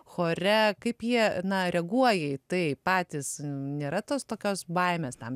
chore kaip jie na reaguoja į tai patys nėra tos tokios baimės tam